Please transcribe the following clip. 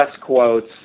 quotes